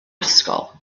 ysgol